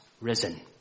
risen